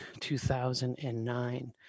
2009